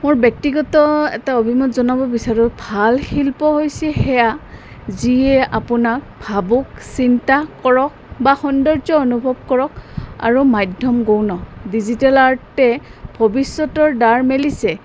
মোৰ ব্যক্তিগত এটা অভিমত জনাব বিচাৰোঁ ভাল শিল্প হৈছে সেয়া যিয়ে আপোনাক ভাবুক চিন্তা কৰক বা সৌন্দৰ্য অনুভৱ কৰক আৰু মাধ্যম গৌণ ডিজিটেল আৰ্টে ভৱিষ্যতৰ দ্বাৰ মেলিছে